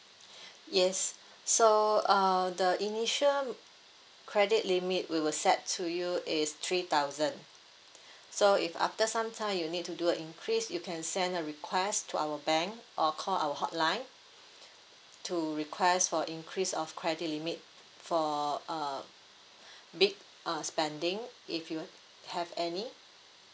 yes so uh the initial credit limit we will set to you is three thousand so if after some time you need to do a increase you can send a request to our bank or call our hotline to request for increase of credit limit for uh big uh spending if you have any